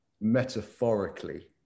metaphorically